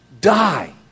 Die